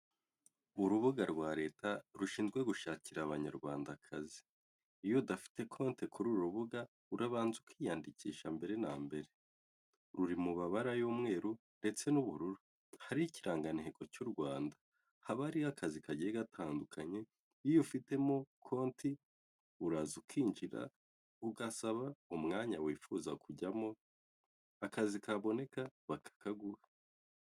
Urubuga rwa Leta rushinzwe gushakira abanyarwandakazi. Iyo udafite konti kuri uru rubuga urabanza ukiyandikisha mbere na mbere. Ruri mu mabara y'umweru ndetse n'ubururu. Hariho ikirangantego cy'u Rwanda. Haba hariho akazi kagiye gatandukanye, iyo ufitemo konti uraza ukinjira, ugasaba umwanya wifuza kujyamo, akazi kaboneka bakakaguha.